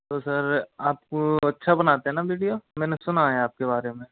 तो सर आप वो अच्छा बनाते हैं ना वीडियो मैंने सुना है आपके बारे में